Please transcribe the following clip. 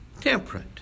temperate